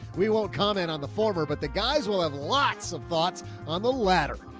we won't comment on the former, but the guys will have lots of thoughts on the ladder.